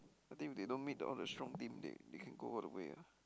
I think if they don't meet the all the strong team they they can go all the way ah